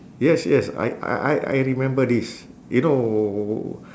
yes yes I I I I remember this you know